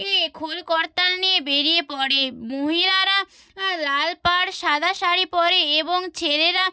এ খোল করতাল নিয়ে বেরিয়ে পড়ে মহিলারা আ লালপাড় সাদা শাড়ি পরে এবং ছেলেরা